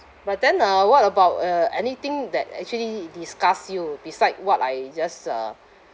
but then uh what about uh anything that actually disgusts you beside what I just uh